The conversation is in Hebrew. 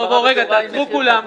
רגע, תעצרו כולם.